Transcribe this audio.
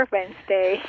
Wednesday